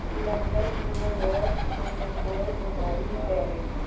London New York Singapore Dubai Paris